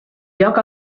lloc